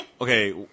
Okay